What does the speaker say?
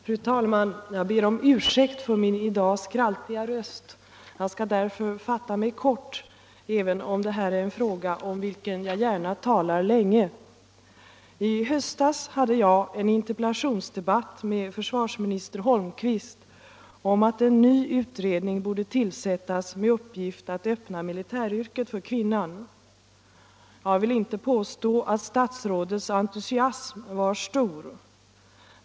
Fru talman! Jag ber om ursäkt för min i dag skraltiga röst. Jag skall därför fatta mig kort även om det här är en fråga om vilken jag gärna talar länge. I höstas hade jag en interpellationsdebatt med försvarsminister Holmqvist om att en ny utredning borde tillsättas med uppgift att öppna militäryrket för kvinnan. Jag vill inte påstå att statsrådets entusiasm var stor.